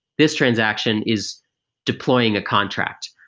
this transaction is deploying a contract,